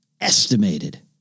Estimated